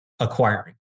Acquiring